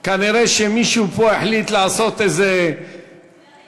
כנראה מישהו פה החליט לעשות איזה תרגיל.